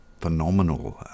phenomenal